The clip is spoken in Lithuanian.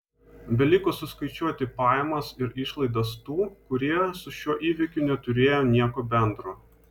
beliko suskaičiuoti pajamas ir išlaidas tų kurie su šiuo įvykiu neturėjo nieko bendro